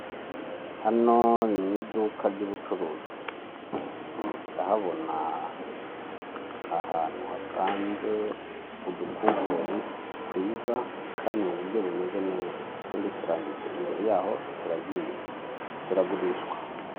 Hano mu iduka ry'ubucuruzi, ndahabona ahantu hapanze udukuvurure twiza kandi mu buryo bumeze neza, utundi turambitse imbere yaho turazinze turagurishwa.